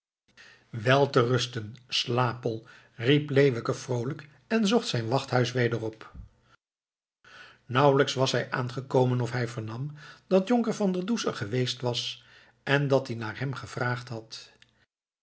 rusten slaapbol riep leeuwke vroolijk en zocht zijn wachthuis weder op nauwelijks was hij aangekomen of hij vernam dat jonker van der does er geweest was en dat die naar hem gevraagd had